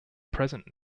present